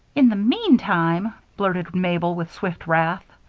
in the meantime! blurted mabel, with swift wrath.